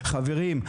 חברים,